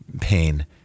pain